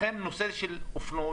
לכן, נושא של אופנועים,